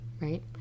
Right